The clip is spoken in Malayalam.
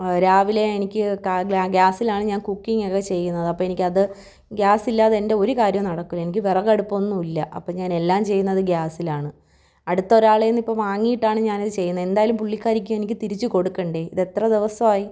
രാവിലെ എനിക്ക് ഗ്യാസിലാണ് ഞാൻ കുക്കിങ്ങൊക്കെ ചെയ്യുന്നത് അപ്പോൾ എനിക്കത് ഗ്യാസ് ഇല്ലാതെ എൻ്റെ ഒരു കാര്യവും നടക്കില്ല എനിക്ക് വിറക് അടുപ്പൊന്നും ഇല്ല അപ്പം ഞാൻ എല്ലാം ചെയ്യുന്നത് ഗ്യാസിലാണ് അടുത്ത ഒരാളെ കയ്യിൽ നിന്ന് വാങ്ങിയിട്ടാണ് ഞാനത് ചെയ്യുന്നത് എന്തായാലും പുള്ളിക്കാരിക്ക് എനിക്ക് തിരിച്ചു കൊടുക്കണ്ടേ ഇതെത്ര ദിവസമായി